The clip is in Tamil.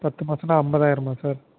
பத்து பர்சன்ட்னா ஐம்பதாயிரமா சார்